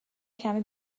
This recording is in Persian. کمی